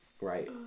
Right